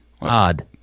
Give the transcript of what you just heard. Odd